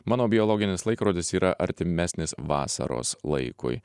mano biologinis laikrodis yra artimesnis vasaros laikui